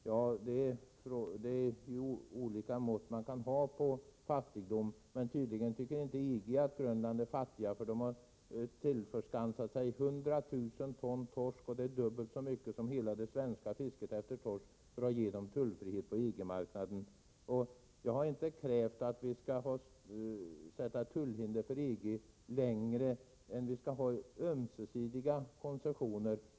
Ja, det finns ju olika mått på fattigdom. Tydligen tycker inte EG att Grönland är fattigt, för EG har tillskansat sig 100 000 ton torsk, dubbelt så mycket som hela det svenska fisket efter torsk, för att medge tullfrihet på EG-marknaden. Jag har inte krävt att vi skall ha tullhinder för EG längre än vi har ömsesidiga konsessioner.